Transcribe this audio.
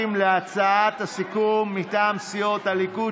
להצעת הסיכום מטעם סיעות הליכוד,